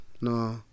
No